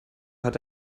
hat